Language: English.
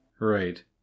Right